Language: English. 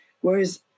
Whereas